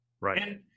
Right